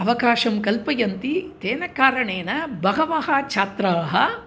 अवकाशं कल्पयन्ति तेन कारणेन बहवः छात्राः